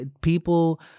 People